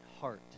heart